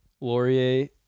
Laurier